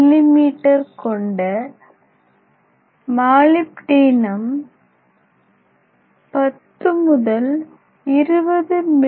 me கொண்ட மாளிப்தீனம் 10 20 மி